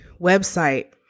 website